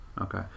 Okay